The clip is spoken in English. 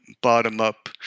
bottom-up